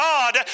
God